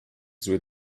zły